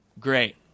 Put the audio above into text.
great